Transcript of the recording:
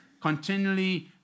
Continually